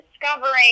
discovering